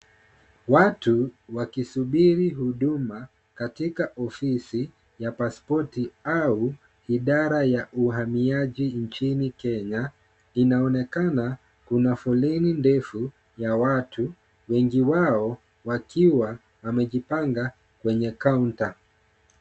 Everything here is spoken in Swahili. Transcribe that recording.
Watu wakisubiri huduma katika ofisi ya pasipoti au idara ya uhamiaji nchini Kenya. Inaonekana kuna foleni ndefu ya watu, wengi wao wakiwa wamejipanga kwenye kaunta